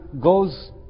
goes